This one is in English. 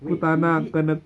wait is it